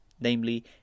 namely